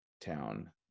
town